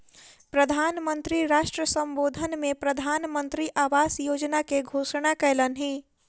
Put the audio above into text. प्रधान मंत्री राष्ट्र सम्बोधन में प्रधानमंत्री आवास योजना के घोषणा कयलह्नि